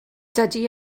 dydy